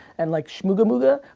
and like shmooga mooga,